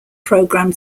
program